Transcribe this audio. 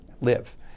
live